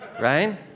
right